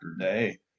day